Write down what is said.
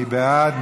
מי בעד?